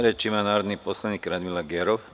Reč ima narodni poslanik Radmila Gerov.